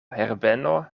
herbeno